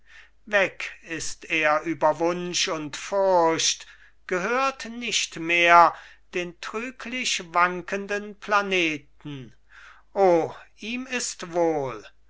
weg ist er über wunsch und furcht gehört nicht mehr den trüglich wankenden planeten o ihm ist wohl